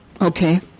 Okay